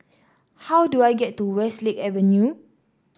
how do I get to Westlake Avenue